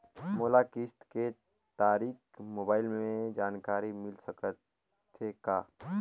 मोला किस्त के तारिक मोबाइल मे जानकारी मिल सकथे का?